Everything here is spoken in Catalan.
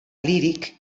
líric